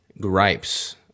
gripes